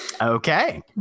Okay